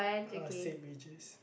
uh Saint-Regis